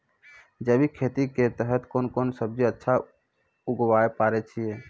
जैविक खेती के तहत कोंन कोंन सब्जी अच्छा उगावय पारे छिय?